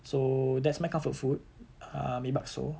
so that's my comfort food err mi bakso